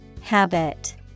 Habit